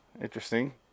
interesting